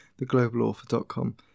theglobalauthor.com